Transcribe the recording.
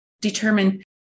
determine